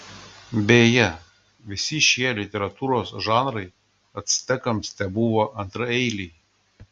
beje visi šie literatūros žanrai actekams tebuvo antraeiliai